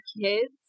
kids